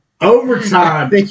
Overtime